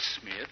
Smith